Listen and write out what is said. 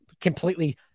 completely